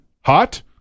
hot